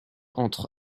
entre